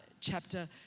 chapter